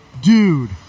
dude